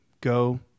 go